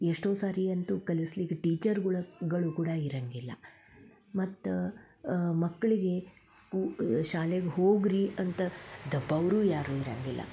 ಎಷ್ಟೋ ಬಾರಿ ಅಂತು ಕಸಲ್ಲಿಕ್ಕೆ ಟೀಚರ್ಗಳು ಕೂಡ ಇರಂಗಿಲ್ಲ ಮತ್ತು ಮಕ್ಕಳಿಗೆ ಸ್ಕೂ ಶಾಲೆಗೆ ಹೋಗ್ರಿ ಅಂತ ದಬ್ಬಾವರು ಯಾರು ಇರಂಗಿಲ್ಲ